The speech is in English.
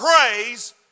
praise